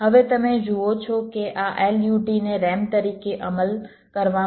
હવે તમે જુઓ છો કે આ LUT ને RAM તરીકે અમલ કરવામાં આવી રહ્યું છે